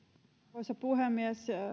arvoisa puhemies